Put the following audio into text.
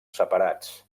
separats